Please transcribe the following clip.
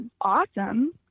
awesome